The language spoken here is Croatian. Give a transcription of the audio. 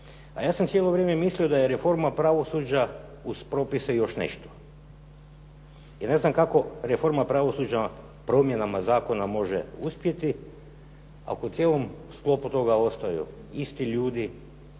a ja sam cijelo vrijeme mislio da je reforma pravosuđe uz propise još nešto. I ne znam kako reforma pravosuđa promjenama zakona može uspjeti, ako u cijelom sklopu toga ostaju isti ljudi,